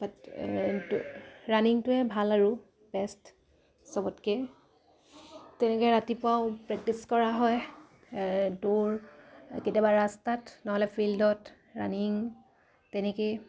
বাট ৰানিংটোৱে ভাল আৰু বেষ্ট চবতকে তেনেকে ৰাতিপুৱাও প্ৰেক্টিছ কৰা হয় দৌৰ কেতিয়াবা ৰাস্তাত নহ'লে ফিল্ডত ৰানিং তেনেকেই